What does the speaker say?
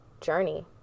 journey